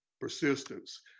persistence